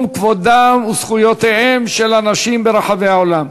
כבודם וזכויותיהם של אנשים ברחבי העולם,